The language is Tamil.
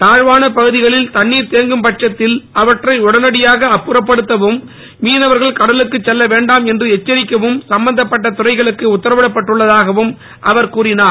தாழ்வான பகுதிகளில் தண்ணீர் தேங்கும் பட்சத்தில் அவற்றை உடனடியாக அப்புறப்படுத்தவும் மீனவர்கள் கடலுக்கு செல்ல வேண்டாம் என்று எச்சரிக்க சம்பந்தப்பட்ட துறைகளுக்கு உத்தரவிடப்பட்டுள்ளதாகவும் கூறினார்